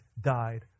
died